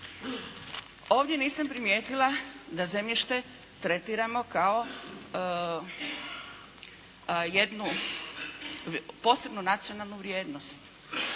Ovdje nisam primijetila da zemljište tretiramo kao jednu posebnu nacionalnu vrijednost.